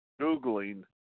Googling